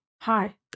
hi